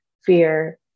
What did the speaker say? fear